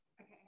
okay